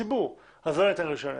של שלום הציבור ולא יינתן רישיון עסק.